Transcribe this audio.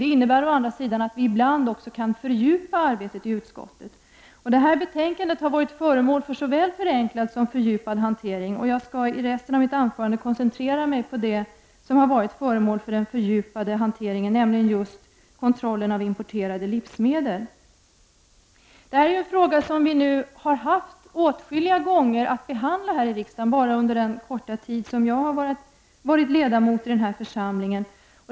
Det innebär å andra sidan att vi ibland också kan fördjupa arbetet i utskottet. Det här betänkandet har varit föremål för såväl förenklad som fördjupad hantering, och jag skall i resten av mitt anförande koncentrera mig på det som har varit föremål för den fördjupade hanteringen, nämligen just kontrollen av importerade livsmedel. Det är en fråga som riksdagen haft att behandla åtskilliga gånger bara under den korta tid som jag har varit ledamot av den här församlingen.